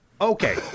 Okay